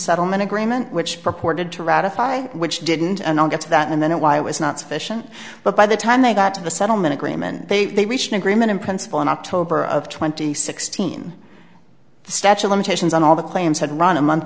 settlement agreement which purported to ratify which didn't get to that and then it why it was not sufficient but by the time they got to the settlement agreement they reached an agreement in principle in october of twenty sixteen the statue of limitations on all the claims had run a month